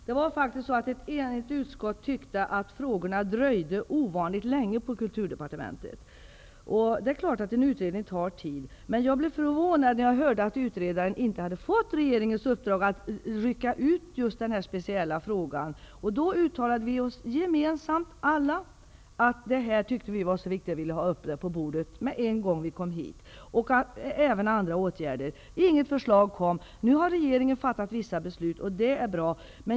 Herr talman! Ett enhälligt utskott ansåg att kulturdepartementets behandling av frågorna dröjde ovanligt länge. Det är klart att en utredning tar tid, men jag blev förvånad när jag hörde att utredaren inte hade fått regeringens uppdrag att ta sig an just den här speciella frågan. Därför uttalade vi i utskottet gemensamt att vi, eftersom frågan var så viktig, ville att den skulle finnas på riksdagens bord vid riksmötets början. Vi efterlyste även förslag till andra åtgärder, men det kom inget förslag. Regeringen har nu fattat vissa beslut, vilket är bra.